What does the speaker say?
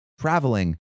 Traveling